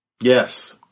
Yes